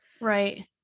Right